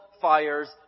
fires